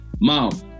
mom